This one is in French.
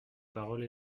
parole